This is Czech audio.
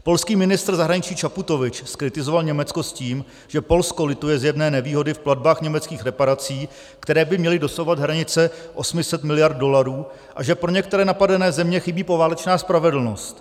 Polský ministr zahraničí Čaputovič zkritizoval Německo s tím, že Polsko lituje zjevné nevýhody v platbách německých reparací, které by měly dosahovat hranice 800 miliard dolarů, a že pro některé napadené země chybí poválečná spravedlnost.